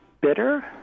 bitter